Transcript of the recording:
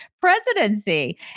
presidency